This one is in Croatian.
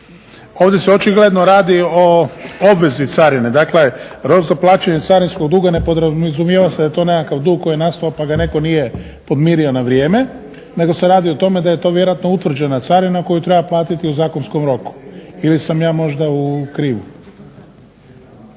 ovdje se očigledno radi o obvezi carine, dakle … plaćanje carinskog duga ne podrazumijeva se da je to nekakav dug koji je nastao pa ga netko nije podmirio na vrijeme nego se radi o tome da je to vjerojatno utvrđena carina koju treba platiti u zakonskom roku. Ili sam ja možda u krivu.